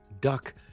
Duck